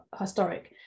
historic